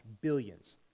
billions